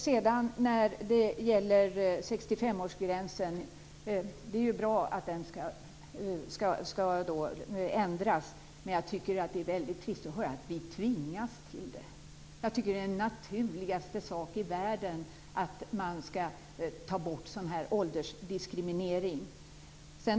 Det är bra att 65-årsgränsen skall ändras. Men jag tycker att det är väldigt trist att höra att vi tvingas till det. Jag tycker att det är den naturligaste sak i världen att man skall ta bort åldersdiskriminering.